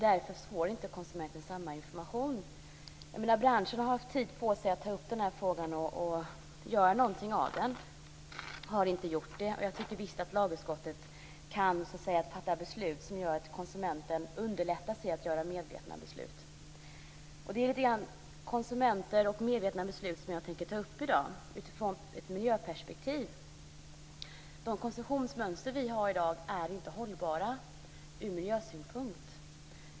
Därför får konsumenten inte samma information. Branschen har haft tid på sig att ta upp den här frågan och göra någonting av den men har inte gjort det. Jag tycker därför att lagutskottet kan fatta beslut som gör att man underlättar för konsumenten att fatta medvetna beslut. Det som jag tänkte ta upp handlar lite grann om konsumenter och medvetna beslut utifrån ett miljöperspektiv. De konsumtionsmönster som vi har i dag är inte hållbara ur miljösynpunkt.